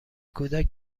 کودک